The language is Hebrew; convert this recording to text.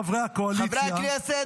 חברי הקואליציה -- חברי הכנסת,